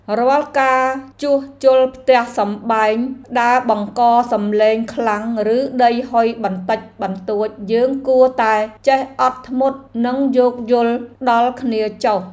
រាល់ការជួសជុលផ្ទះសម្បែងដែលបង្កសំឡេងខ្លាំងឬដីហុយបន្តិចបន្តួចយើងគួរតែចេះអត់ធ្មត់និងយោគយល់ដល់គេចុះ។